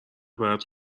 باید